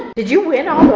did you win